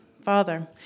Father